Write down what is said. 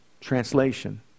translation